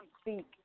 speak